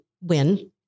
win